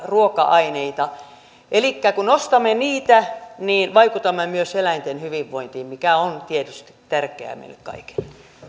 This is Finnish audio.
ruoka aineita elikkä kun ostamme niitä niin vaikutamme myös eläinten hyvinvointiin mikä on tietysti tärkeää meille kaikille